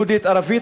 יהודית-ערבית,